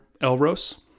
Elros